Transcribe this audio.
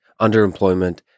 underemployment